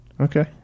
Okay